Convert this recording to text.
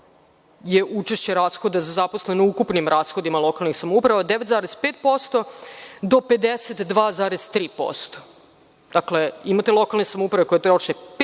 učešće rashoda za zaposlene u ukupnim rashodima lokalnih samouprava 9,5% do 52,3%. Dakle, imate lokalne samouprave koje troše